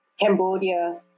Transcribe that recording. Cambodia